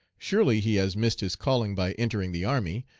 surely he has missed his calling by entering the army,